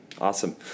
Awesome